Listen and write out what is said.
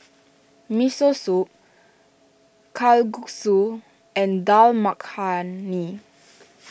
Miso Soup Kalguksu and Dal Makhani